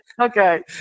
Okay